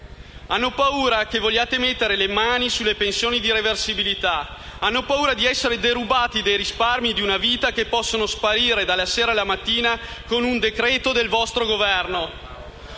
hanno paura che vogliate mettere le mani sulle pensioni di reversibilità e di essere derubati dei risparmi di una vita, che possono sparire dalla sera alla mattina con un decreto del vostro Governo.